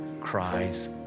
cries